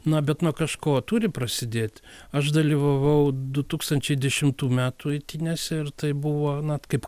na bet nuo kažko turi prasidėt aš dalyvavau du tūkstančiai dešimtų metų eitynėse ir tai buvo nat kaip